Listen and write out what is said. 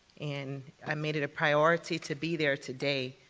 and i made it a priority to be there today,